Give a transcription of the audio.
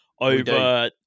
over